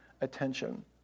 attention